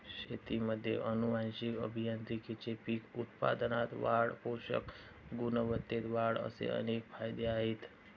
शेतीमध्ये आनुवंशिक अभियांत्रिकीचे पीक उत्पादनात वाढ, पोषक गुणवत्तेत वाढ असे अनेक फायदे आहेत